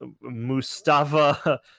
mustafa